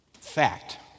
fact